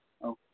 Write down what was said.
औ